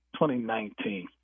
2019